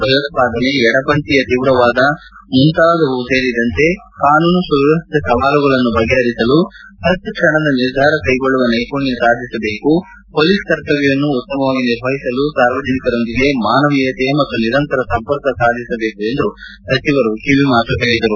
ಭಯೋತ್ವಾದನೆ ಎಡಪಂಥೀಯ ತೀವ್ರವಾದ ಮುಂತಾದವರು ಸೇರಿದಂತೆ ಕಾನೂನು ಸುವ್ಲವಸ್ನೆ ಸವಾಲುಗಳನ್ನು ಬಗೆಹರಿಸಲು ತತ್ಕ್ಷಣದ ನಿರ್ಧಾರ ಕೈಗೊಳ್ಳುವ ನೈಪುಣ್ಣ ಸಾಧಿಸಬೇಕು ಮೊಲೀಸ್ ಕರ್ತವ್ಣವನ್ನು ಉತ್ತಮವಾಗಿ ನಿರ್ವಹಿಸಲು ಸಾರ್ವಜನಿಕರೊಂದಿಗೆ ಮಾನವೀಯತೆಯ ಮತ್ತು ನಿರಂತರ ಸಂಪರ್ಕ ಸಾಧಿಸಬೇಕು ಎಂದು ಅವರು ತಿಳಿಸಿದರು